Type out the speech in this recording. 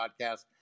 podcast